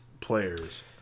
players